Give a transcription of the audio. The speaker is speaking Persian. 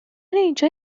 اینجا